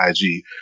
IG